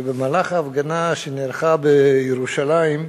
ובמהלך ההפגנה שנערכה בירושלים,